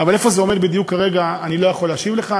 אבל איפה זה עומד בדיוק כרגע אני לא יכול להשיב לך.